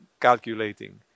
calculating